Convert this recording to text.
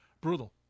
Brutal